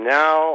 now